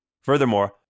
Furthermore